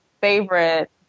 favorite